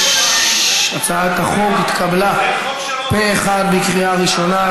הצעת החוק התקבלה פה אחד בקריאה ראשונה,